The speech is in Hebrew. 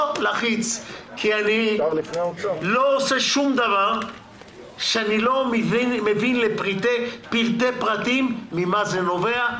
כי אני לא עושה שום דבר שאני לא מבין אותו לפרטי פרטים ממה זה נובע,